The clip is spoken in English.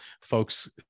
folks